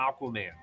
Aquaman